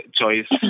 choice